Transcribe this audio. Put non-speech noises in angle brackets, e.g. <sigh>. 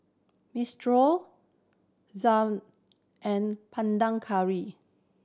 Minestrone <unintelligible> and Panang Curry